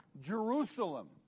Jerusalem